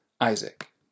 Isaac